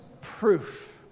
proof